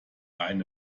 eine